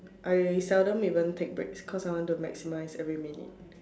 I seldom even take breaks cause I want to maximise every minute